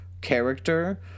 character